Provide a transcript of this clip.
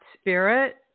spirit